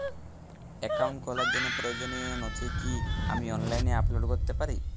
Account খোলার জন্য প্রয়োজনীয় নথি কি আমি অনলাইনে আপলোড করতে পারি?